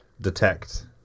detect